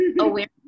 awareness